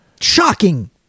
Shocking